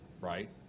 right